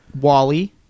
Wally